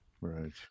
Right